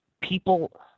people